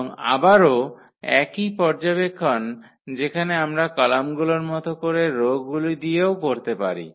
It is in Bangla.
এবং আবারও একই পর্যবেক্ষণ যেখানে আমরা কলামগুলির মত করে রোগুলি দিয়েও করতে পারি